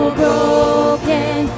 broken